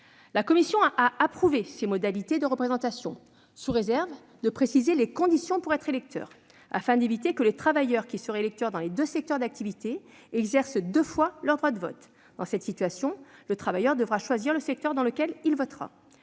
La commission a approuvé ces modalités de représentation, sous réserve que soient précisées les conditions pour être électeur, afin d'éviter que les travailleurs qui seraient électeurs dans les deux secteurs d'activité n'exercent deux fois leur droit de vote. Dans cette situation, le travailleur devra choisir le secteur dans lequel il votera.